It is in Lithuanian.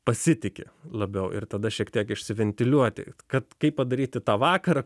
pasitiki labiau ir tada šiek tiek išsiventiliuoti kad kaip padaryti tą vakarą